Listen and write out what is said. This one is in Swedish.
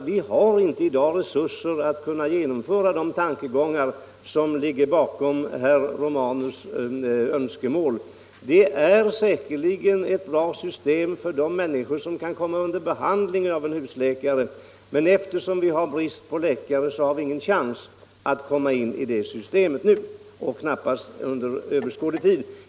Vi har inte i dag resurser att genomföra de tankegångar som ligger bakom herr Romanus önskemål. Det är säkerligen ett bra system för de människor som kan komma under behandling av en husläkare, men eftersom vi har brist på läkare har vi ingen chans att tillämpa husläkarsystemet nu och knappast heller under överskådlig tid.